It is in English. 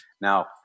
Now